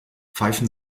pfeifen